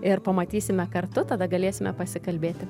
ir pamatysime kartu tada galėsime pasikalbėti